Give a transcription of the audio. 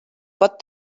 pot